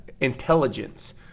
intelligence